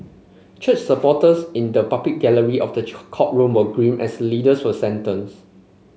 church supporters in the public gallery of the courtroom were grim as the leaders were sentenced